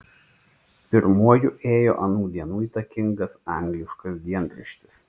pirmuoju ėjo anų dienų įtakingas angliškas dienraštis